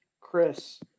Chris